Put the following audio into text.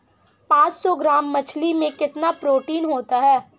पांच सौ ग्राम मछली में कितना प्रोटीन होता है?